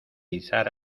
izar